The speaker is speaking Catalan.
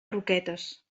roquetes